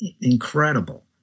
incredible